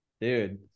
dude